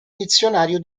dizionario